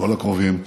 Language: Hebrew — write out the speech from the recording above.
כל הקרובים.